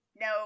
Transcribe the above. No